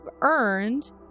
earned